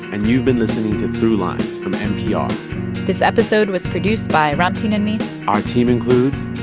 and you've been listening to throughline from npr this episode was produced by ramtin and me our team includes.